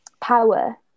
power